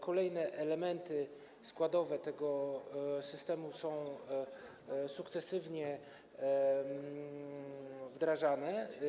Kolejne elementy składowe tego systemu są sukcesywnie wdrażane.